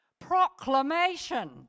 proclamation